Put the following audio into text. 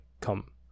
come